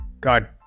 god